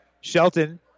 Shelton